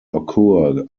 occur